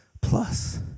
plus